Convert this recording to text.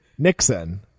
nixon